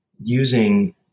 using